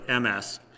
MS